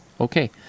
Okay